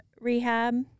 rehab